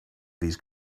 these